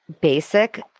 basic